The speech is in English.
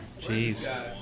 Jeez